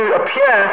appear